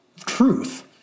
truth